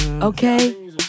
Okay